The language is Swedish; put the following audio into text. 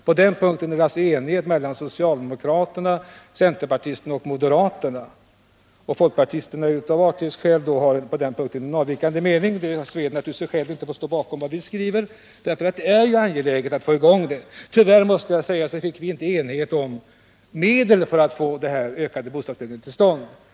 På den punkten råder det alltså enighet mellan socialdemokrater, centerpartister och moderater. Folkpartisterna har av artighet mot regeringen en avvikande mening. Det sved naturligtvis i skinnet att inte kunna stå bakom vad vi skriver. Tyvärr nådde vi inte enighet om medlen för att få detta ökade bostadsbyggande till stånd.